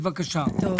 בבקשה.